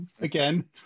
Again